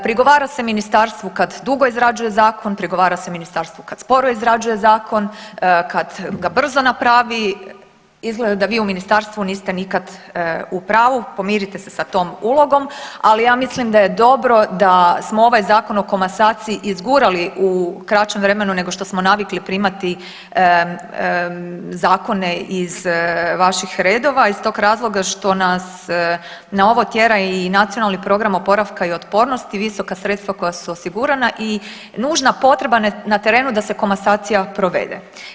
Prigovara se ministarstvu kad dugo izrađuje zakon, prigovara ministarstvu kad sporo izrađuje zakon, kad ga brzo napravi, izgleda da vi u ministarstvu niste nikad u pravu, pomirite te sa tom ulogom, ali ja mislim da je dobro da smo ovaj Zakon o komasaciji izgurali u kraćem vremenu nego što smo navikli primati zakone iz vaših redova iz tog razloga što nas na ovo tjera i Nacionalni program oporavka i otpornosti, visoka sredstva koja su osigurana i nužna potreba na terenu da se komasacija provede.